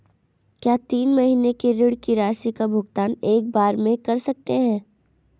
क्या तीन महीने के ऋण की राशि का भुगतान एक बार में कर सकते हैं?